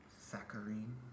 saccharine